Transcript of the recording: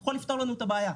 זה יכול לפתור לנו את הבעיה.